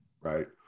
Right